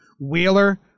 Wheeler